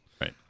Right